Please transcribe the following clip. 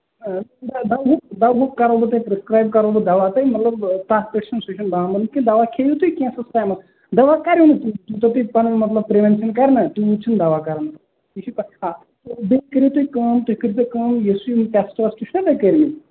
آ نہَ دوہُک دوہُک کَرو تۅہہِ بہٕ پرٛیسکرٛایِب کَرو بہٕ دوا تۄہہِ مطلب تَتھ پٮ۪ٹھ چھُ سُہ چھُنہٕ بانٛبرُن کیٚنٛہہ دوا کھیٚیِو تُہۍ کیںٛژھس ٹایمس دوا کَروٕ نہٕ تۄہہِ کیٚنٛہہ یوٗتاہ تۅہہِ پَنُن مطلب پرٛیونشن کَرنہٕ تیٛوٗت چھُنہٕ دوا کران یہِ چھُ بیٚیہِ کٔرِو تُہۍ کٲم تُہۍ کٔرۍزیٚو کٲم یُس یِم ٹیٚسٹہٕ چھِو نا تۅہہِ کٔرۍمٕتۍ